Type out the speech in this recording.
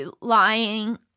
lying